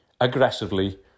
aggressively